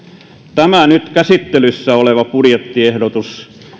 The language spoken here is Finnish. tämä nyt käsittelyssä oleva budjettiehdotus